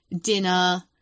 dinner